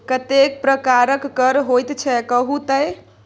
कतेक प्रकारक कर होइत छै कहु तए